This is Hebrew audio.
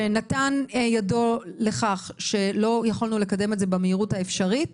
שנתן ידו לכך שלא יכולנו לקדם את זה במהירות האפשרית.